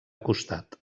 costat